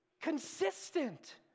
consistent